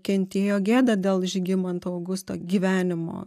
kentėjo gėdą dėl žygimanto augusto gyvenimo